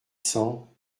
cents